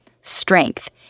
strength